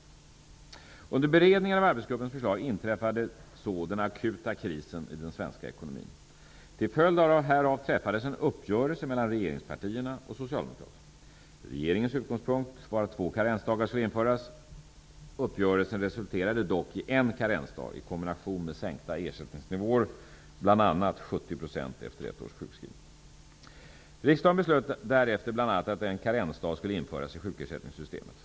Under beredningen av arbetsgruppens förslag inträffade så den akuta krisen i den svenska ekonomin. Till följd härav träffades en uppgörelse mellan regeringspartierna och Socialdemokraterna. Regeringens utgångspunkt var att två karensdagar skulle införas. Uppgörelsen resulterade dock i en karensdag i kombination med sänkta ersättningsnivåer, bl.a. 70 % efter ett års sjukskrivning. Riksdagen beslöt därefter bl.a. att en karensdag skulle införas i sjukersättningssystemet.